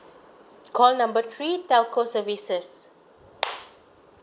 call number three telco services